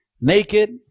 Naked